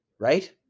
right